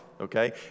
okay